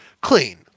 clean